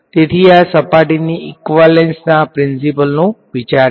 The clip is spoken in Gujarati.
તેથી આ સપાટીની ઈક્વાલેન્સના પ્રિંસીપલ નો વિચાર છે